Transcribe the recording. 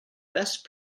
best